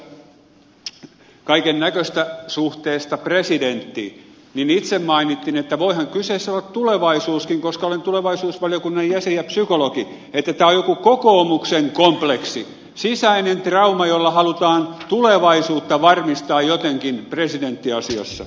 rajamäki sanoi kaiken näköistä suhteesta presidenttiin niin itse mainitsin että voihan kyseessä olla tulevaisuuskin koska olen tulevaisuusvaliokunnan jäsen ja psykologi että tämä on joku kokoomuksen kompleksi sisäinen trauma jolla halutaan tulevaisuutta varmistaa jotenkin presidenttiasiassa